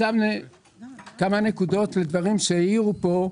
כמה נקודות לדברים שנאמרו כאן.